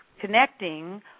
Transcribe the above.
connecting